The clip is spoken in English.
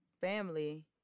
family